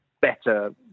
better